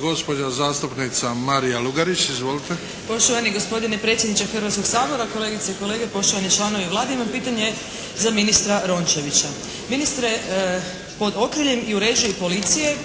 Gospođa zastupnica Marija Lugarić. Izvolite. **Lugarić, Marija (SDP)** Poštovani gospodine predsjedniče Hrvatskog sabora, kolegice i kolege, poštovani članovi Vlade. Imam pitanje za ministra Rončevića. Ministre, pod okriljem i u režiji policije